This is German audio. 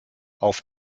auf